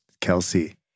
Kelsey